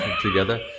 together